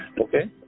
Okay